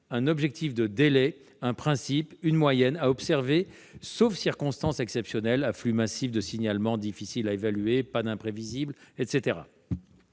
un objectif de délai, un principe, une moyenne à observer, sauf circonstances exceptionnelles : afflux massif de signalements difficiles à évaluer, pannes imprévisibles, etc.